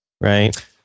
Right